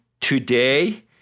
today